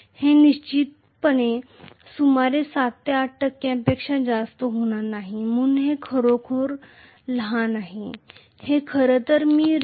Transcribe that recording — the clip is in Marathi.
हे निश्चितपणे सुमारे 7 8 टक्क्यांपेक्षा जास्त होणार नाही म्हणून हे खरोखर खरोखरच लहान आहे